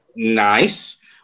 Nice